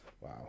Wow